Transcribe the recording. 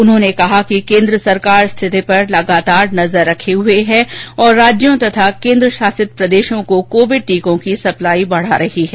उन्होंने कहा कि केन्द्र सरकार स्थिति पर लगातार नजर रखे हुए है और राज्यों तथा केन्द्र शासित प्रदेशों को कोविड टीकों की सप्लाई बढ़ा रही है